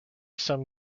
some